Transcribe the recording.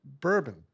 bourbon